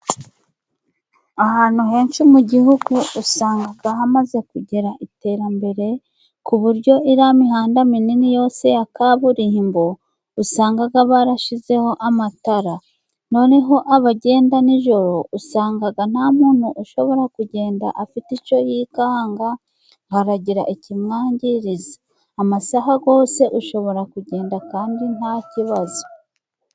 Ahantu henshi mu gihugu usanga hamaze kugera iterambere, ku buryo iriya mihanda minini yose ya kaburimbo, usanga barashizeho amatara, noneho abagenda nijoro usanga nta muntu ushobora kugenda afite icyo yikanga, haragira ikimwangiriza, amasaha yose ushobora kugenda kandi nta kibazo.